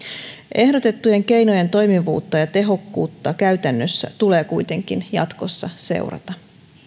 ehdotettujen keinojen toimivuutta ja tehokkuutta käytännössä tulee kuitenkin jatkossa seurata